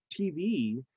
TV